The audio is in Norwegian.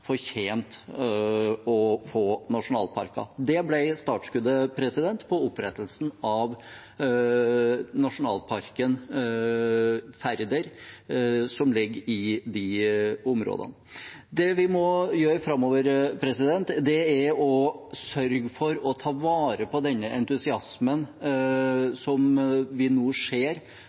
å få nasjonalparker. Det ble startskuddet på opprettelsen av nasjonalparken Færder, som ligger i de områdene. Det vi må gjøre framover, er å sørge for å ta vare på denne entusiasmen som vi nå ser